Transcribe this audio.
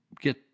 get